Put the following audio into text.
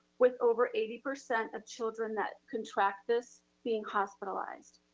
with over eighty percent of children that contract this being hospitalized.